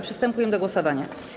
Przystępujemy do głosowania.